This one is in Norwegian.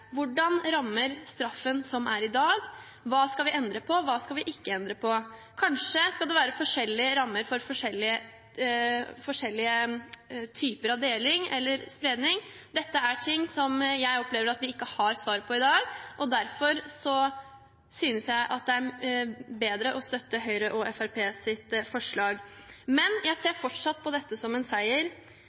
Hvordan rammer straffen vi har i dag? Hva skal vi endre på? Hva skal vi ikke endre på? Kanskje skal det være forskjellige strafferammer for forskjellige typer av deling og spredning. Dette er noe jeg opplever at vi ikke har svaret på i dag, og derfor synes jeg det er bedre å støtte Høyre og Fremskrittspartiets forslag. Men jeg ser fortsatt på dette som en seier,